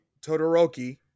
Todoroki